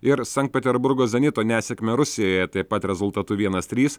ir sankt peterburgo zenito nesėkmę rusijoje taip pat rezultatu vienas trys